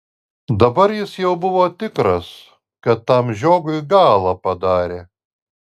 dabar jis jau buvo tikras kad tam žiogui galą padarė